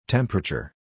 Temperature